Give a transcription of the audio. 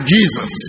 Jesus